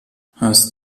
hast